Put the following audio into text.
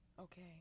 Okay